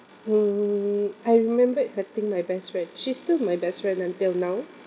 mm I remembered hurting my best friend she's still my best friend until now